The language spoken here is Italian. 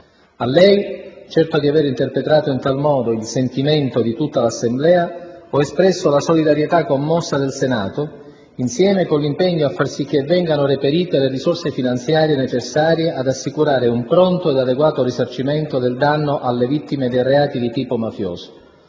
A lei, certo di aver interpretato in tal modo il sentimento di tutta l'Assemblea, ho espresso la solidarietà commossa del Senato, insieme con l'impegno a far sì che vengano reperite le risorse finanziarie necessarie ad assicurare un pronto ed adeguato risarcimento del danno alle vittime dei reati di tipo mafioso.